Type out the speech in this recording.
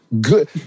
good